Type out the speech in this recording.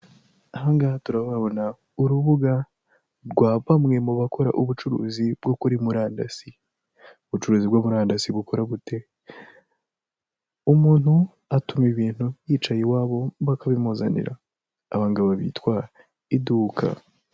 Aha ngaha turahabona urubuga rwa bamwe mu bakora ubucuruzi bwo kuri murandasi. Ubucuruzi bwo kuri murandasi bukora bute? umuntu atuma ibintu yicaye iwabo bakabimuzanira, aba ngaba bitwa iduka.